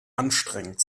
anstrengend